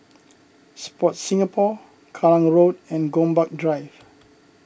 Sport Singapore Kallang Road and Gombak Drive